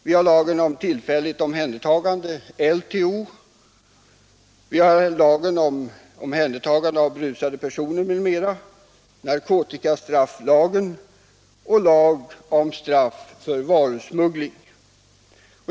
Vi har lagen om tillfälligt omhändertagande, LTO, och vidare har vi lagen om omhändertagande av berusade personer m.m., narkotikastrafflagen och lag om straff för varusmuggling.